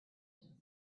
thought